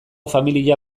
familia